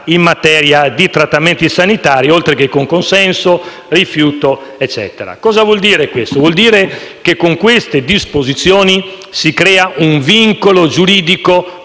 in materia di trattamenti sanitari, oltre che con consenso, rifiuto eccetera. Cosa vuol dire questo? Vuol dire che con queste disposizioni si crea un vincolo giuridico